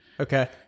Okay